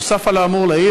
נוסף על האמור לעיל,